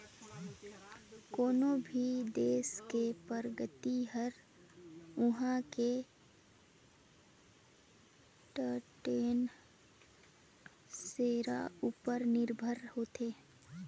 कोनो भी देस के परगति हर उहां के टटेन सेरा उपर निरभर होथे